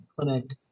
clinic